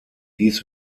dies